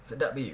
sedap eh